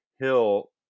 Hill